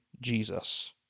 Jesus